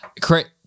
correct